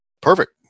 Perfect